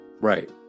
Right